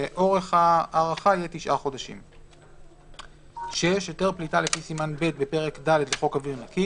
תשעה חודשים (6) היתר פליטה לפי סימן ב' בפרק ד' לחוק אוויר נקי